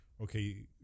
Okay